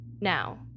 now